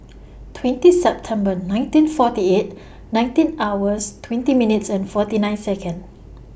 twenty September nineteen forty eight nineteen hours twenty minutes and forty nine Seconds